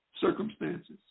circumstances